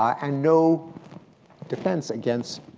and no defense against